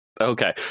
Okay